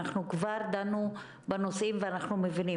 כבר דנו בנושאים ואנחנו מבינים,